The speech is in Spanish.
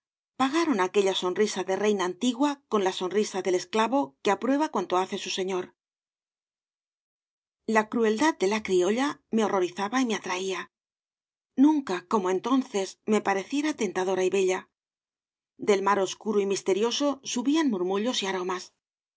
pagaron aquella sonrisa de reina antigua con la sonrisa del esclavo que aprueba cuanto hace su señor la crueldad de la criolla me horrorizaba y me atraía nunca como entonces me pareciera tentadora y bella del mar oscuro y misterioso subían murmullos y aromas